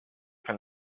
from